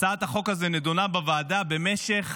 הצעת החוק הזו נדונה בוועדה במשך